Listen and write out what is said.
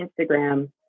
Instagram